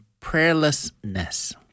prayerlessness